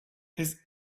his